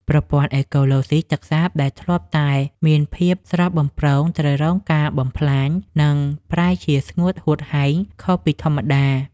ប្រព័ន្ធអេកូឡូស៊ីទឹកសាបដែលធ្លាប់តែមានភាពស្រស់បំព្រងត្រូវរងការបំផ្លាញ និង ប្រែជាស្ងួតហួតហែងខុសពីធម្មតា។